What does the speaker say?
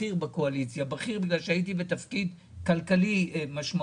בכיר, בגלל שהייתי בתפקיד כלכלי משמעותי.